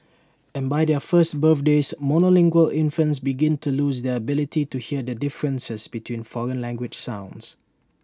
and by their first birthdays monolingual infants begin to lose their ability to hear the differences between foreign language sounds